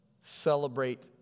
celebrate